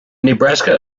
nebraska